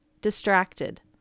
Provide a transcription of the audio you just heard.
distracted